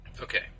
Okay